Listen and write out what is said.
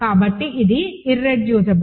కాబట్టి ఇది ఇర్రెడ్యూసిబుల్